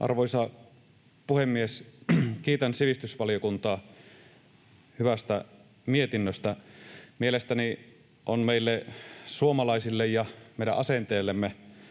Arvoisa puhemies! Kiitän sivistysvaliokuntaa hyvästä mietinnöstä. Mielestäni on meille suomalaisille ja meidän asenteellemme